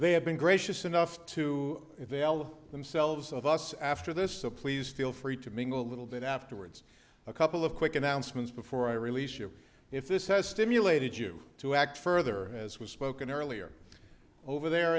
they have been gracious enough to themselves of us after this so please feel free to mingle a little bit afterwards a couple of quick announcements before i release you if this has stimulated you to act further as was spoken earlier over there